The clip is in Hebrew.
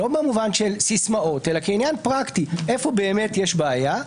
לא במובן של סיסמאות אלא כעניין פרקטי איפה באמת יש בעיה,